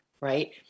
right